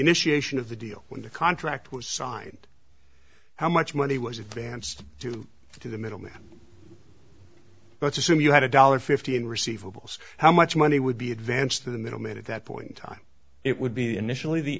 initiation of the deal when the contract was signed how much money was advanced due to the middleman let's assume you had a dollar fifty in receivables how much money would be advanced to the middle man at that point time it would be initially the